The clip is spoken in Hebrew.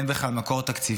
אין לו בכלל מקור תקציבי,